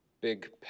Big